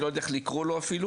אני לא יודע איך לקרוא לו אפילו,